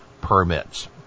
permits